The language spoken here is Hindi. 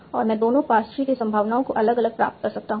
और मैं दोनों पार्स ट्री की संभावनाओं को अलग अलग प्राप्त कर सकता हूं